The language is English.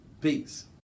Peace